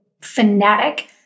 fanatic